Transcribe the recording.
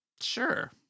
Sure